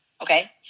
Okay